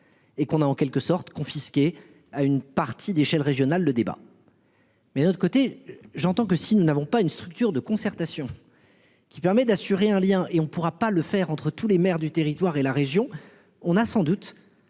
Et qu'on a en quelque sorte confisquées à une partie d'échelle régionale le débat. Mais l'autre côté, j'entends que si nous n'avons pas une structure de concertation. Qui permet d'assurer un lien et on ne pourra pas le faire, entre tous les maires du territoire et la région. On a sans doute